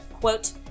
Quote